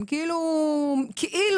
הם כאילו מכוסים.